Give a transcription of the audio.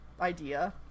idea